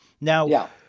Now